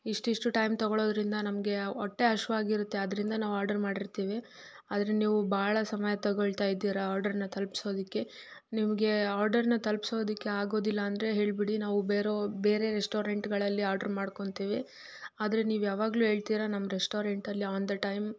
ಇಷ್ಟಿಷ್ಟು ಟೈಮ್ ತೊಗೊಳೋದ್ರಿಂದ ನಮಗೆ ಹೊಟ್ಟೆ ಹಶ್ವಾಗಿರುತ್ತೆ ಅದರಿಂದ ನಾವು ಆರ್ಡರ್ ಮಾಡಿರ್ತೀವಿ ಆದರೆ ನೀವು ಬಹಳ ಸಮಯ ತೊಗೊಳ್ತಾ ಇದ್ದೀರಿ ಆರ್ಡರನ್ನ ತಲ್ಪ್ಸೋದಕ್ಕೆ ನಿಮಗೆ ಆರ್ಡರನ್ನ ತಲ್ಪ್ಸೋದಕ್ಕೆ ಆಗೋದಿಲ್ಲ ಅಂದರೆ ಹೇಳಿಬಿಡಿ ನಾವು ಬೇರೆ ಬೇರೆ ರೆಸ್ಟೋರೆಂಟ್ಗಳಲ್ಲಿ ಆರ್ಡರ್ ಮಾಡ್ಕೊತೀವಿ ಆದರೆ ನೀವು ಯಾವಾಗಲೂ ಹೇಳ್ತೀರ ನಮ್ಮ ರೆಸ್ಟೋರೆಂಟಲ್ಲಿ ಆನ್ ದ ಟೈಮ್